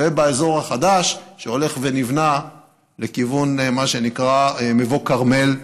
ובאזור החדש שהולך ונבנה לכיוון מה שנקרא "מבוא כרמל",